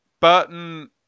Burton